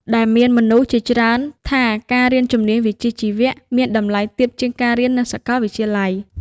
ដែលមានមនុស្សជាច្រើនថាការរៀនជំនាញវិជ្ជាជីវៈមានតម្លៃទាបជាងការរៀននៅសាកលវិទ្យាល័យ។